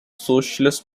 socialist